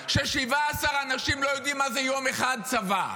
ש-17 אנשים לא יודעים מה זה יום אחד צבא.